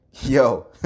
yo